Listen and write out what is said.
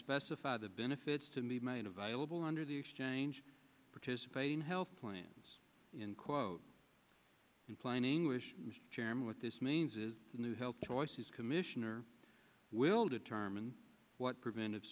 specify the benefits to be made available under the exchange participate in health plans in quote in plain english chairman what this means is the new health choices commissioner will determine what preventive